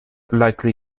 likely